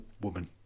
woman